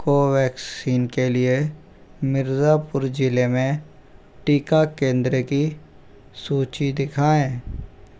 कोवैक्ससीन के लिए मिर्ज़ापुर जिले में टीका केंद्र की सूची दिखाएँ